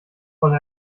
wolle